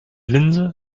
linse